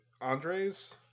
Andres